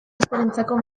askorentzako